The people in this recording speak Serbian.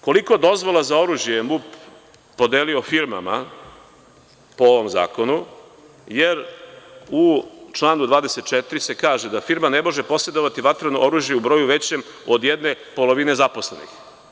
Koliko dozvola za oružje je MUP podelio firmama po ovom zakonu jer u članu 24. se kažeda firma ne može posedovati vatreno oružje u broju većem od jedne polovine zaposlenih.